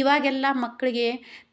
ಇವಾಗೆಲ್ಲ ಮಕ್ಕಳಿಗೆ